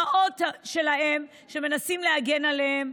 באימהות שלהם שמנסות להגן עליהם,